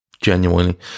Genuinely